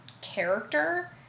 character